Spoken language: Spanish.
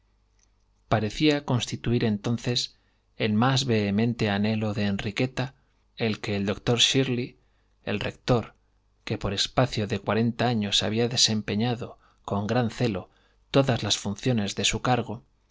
parecía constituir entonces el más vehemente anhelo de enriqueta el que el doctor shirley el rector que por espacio de cuarenta años había desempeñado con gran celo todas las funciones de su cargo